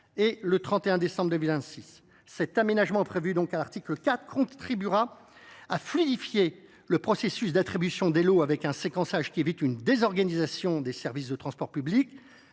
et le 31 décembre 2026. Cet aménagement, prévu à l’article 4, contribuera à fluidifier le processus d’attribution des lots, avec un séquençage qui évite une désorganisation des services de transport public,